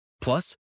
Plus